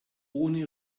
ohne